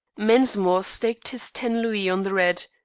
mensmore staked his ten louis on the red.